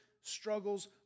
struggles